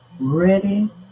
ready